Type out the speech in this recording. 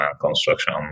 construction